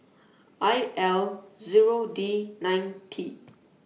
I L Zero D nine T